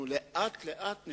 אני